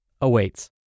awaits